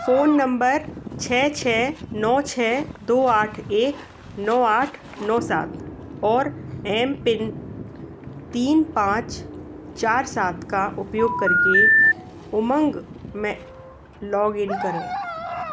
phone number छः छः नौ छः दो आठ एक नौ आठ नौ सात और एमपिन तीन पाँच चार सात का उपयोग करके उमंग में लॉग इन करें